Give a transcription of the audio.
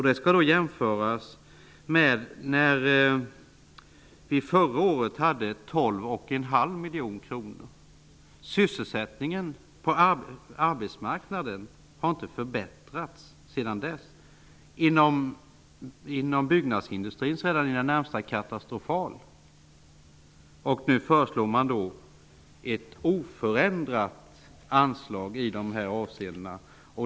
Det skall jämföras med 12,5 miljoner kronor förra året. Sysselsättningen på arbetsmarknaden har inte förbättrats sedan dess. Den är närmast katastrofal inom byggnadsindustrin. Nu föreslås ett oförändrat anslag i de avseendena.